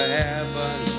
heaven